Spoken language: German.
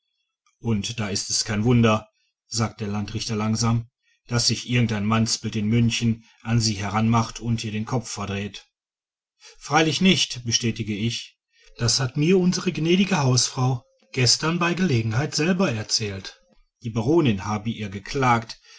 und da ist es kein wunder sagt der landrichter langsam daß sich irgendein mannsbild in münchen an sie heranmacht und ihr den kopf verdreht freilich nicht bestätige ich das hat mir unsere gnädige hausfrau gestern bei gelegenheit selber erzählt die baronin haben ihr geklagt